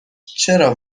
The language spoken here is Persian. چرا